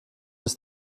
des